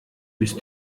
müsst